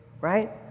Right